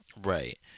Right